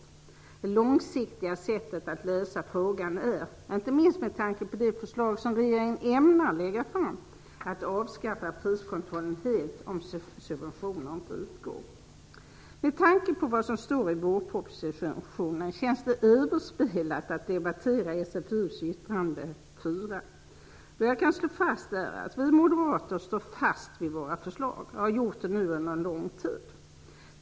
Det långsiktiga sättet att lösa frågan är, inte minst med tanke på det förslag som regeringen ämnar lägga fram, att avskaffa priskontrollen helt om subventioner inte utgår. Med tanke på vad som står i vårpropositionen känns det överspelat att debattera SfU:s yttrande 4. Vad jag kan slå fast är att vi moderater står fast vid våra förslag, och har gjort det nu under en lång tid.